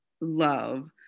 love